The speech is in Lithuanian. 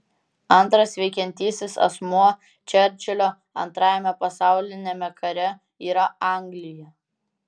antras veikiantysis asmuo čerčilio antrajame pasauliniame kare yra anglija